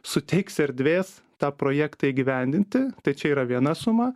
suteiks erdvės tą projektą įgyvendinti tai čia yra viena suma